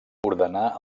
ordenà